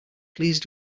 please